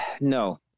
No